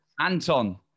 Anton